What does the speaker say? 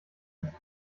nicht